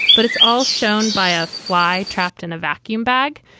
but it's all shown by a fly trapped in a vacuum bag.